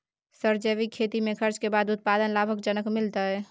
Sir जैविक खेती में खर्च के बाद उत्पादन लाभ जनक मिलत?